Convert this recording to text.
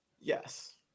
Yes